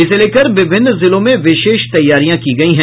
इसे लेकर विभिन्न जिलों में विशेष तैयारियां की गयी है